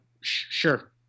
sure